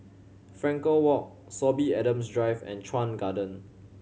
Frankel Walk Sorby Adams Drive and Chuan Garden